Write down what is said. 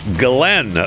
glenn